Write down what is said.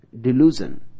delusion